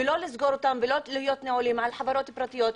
ולא לסגור אותן ולא להיות נעולים על חברות פרטיות,